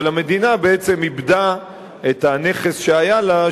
אבל המדינה בעצם איבדה את הנכס שהיה לה,